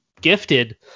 gifted